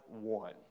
One